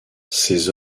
ses